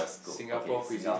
Singapore cuisine